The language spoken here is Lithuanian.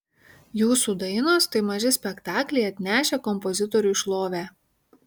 jūsų dainos tai maži spektakliai atnešę kompozitoriui šlovę